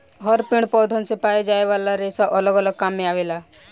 हर पेड़ पौधन से पाए जाये वाला रेसा अलग अलग काम मे आवेला